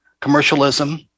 commercialism